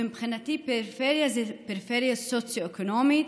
ומבחינתי פריפריה זאת פריפריה סוציו-אקונומית,